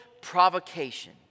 provocation